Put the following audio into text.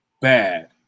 bad